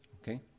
Okay